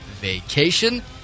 vacation